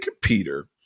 Peter